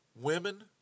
women